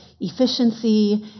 efficiency